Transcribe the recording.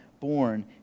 born